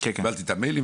קיבלתי את האימיילים,